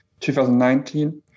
2019